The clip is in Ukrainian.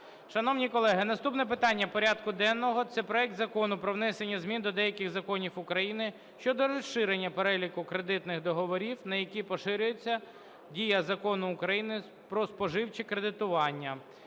Шановні колеги, наступне питання порядку денного – це проект Закону про внесення змін до деяких законів України щодо розширення переліку кредитних договорів, на які поширюється дія Закону України "Про споживче кредитування"